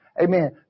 amen